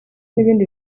n’ibindi